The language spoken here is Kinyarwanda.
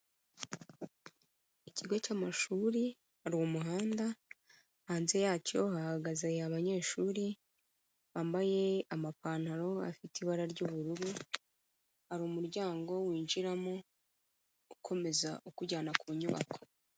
Ikigo cy'amashuri, hari umuhanda, hanze yacyo hahagaze abanyeshuri bambaye amapantaro afite ibara ry'ubururu, hari umuryango winjiramo ukomeza ukujyana ku nyubako.